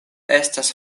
estas